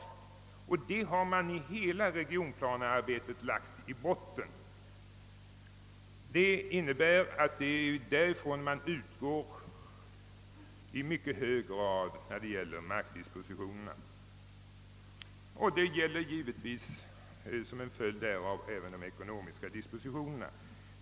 Dessa synpunkter har man i hela regionplanearbetet lagt i botten, och det är därifrån man utgår i mycket hög grad när det gäller markdispositionerna och som en följd därav även när det gäller de ekonomiska dispositionerna.